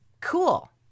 Cool